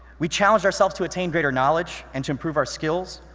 we challenge ourselves to attain greater knowledge and to improve our skills.